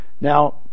now